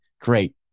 great